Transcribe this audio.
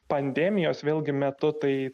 pandemijos vėlgi metu tai